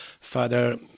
Father